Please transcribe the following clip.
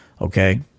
Okay